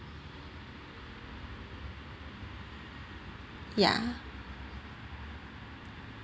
ya